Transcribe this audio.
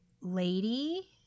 Lady